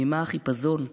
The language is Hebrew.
ממה החיפזון?